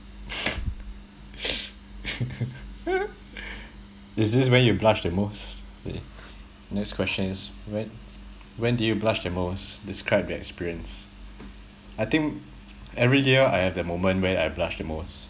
is this when you blush the most next question is when when did you blush the most describe the experience I think every year I have the moment when I blush the most